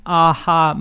aha